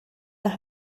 las